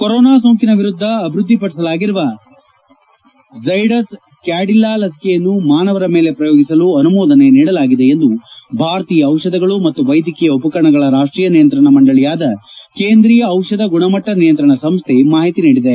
corona ಸೋಂಕಿನ ವಿರುದ್ದ ಅಭಿವೃದ್ದಿಪಡಿಸಲಾಗಿರುವ ಝ್ವಡಸ್ ಕ್ಯಾಡಿಲ್ಲಾ ಲಸಿಕೆಯನ್ನು ಮಾನವರ ಮೇಲೆ ಪ್ರಯೋಗಿಸಲು ಆನುಮೋದನೆ ನೀಡಲಾಗಿದೆ ಎಂದು ಭಾರತೀಯ ಔಷಧಗಳು ಮತ್ತು ವೈದ್ಯಕೀಯ ಉಪಕರಣಗಳ ರಾಷ್ಷೀಯ ನಿಯಂತ್ರಣ ಮಂಡಳಯಾದ ಕೇಂದ್ರೀಯ ಔಷಧ ಗುಣಮಟ್ನ ನಿಯಂತಣ ಸಂಸ್ನೆ ಮಾಹಿತಿ ನೀಡಿದೆ